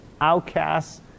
outcasts